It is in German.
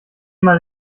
mal